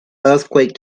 earthquake